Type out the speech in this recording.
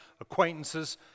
acquaintances